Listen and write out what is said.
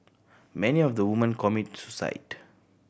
many of the woman commit suicide